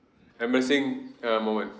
embarrassing uh moment